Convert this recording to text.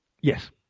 Yes